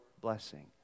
blessing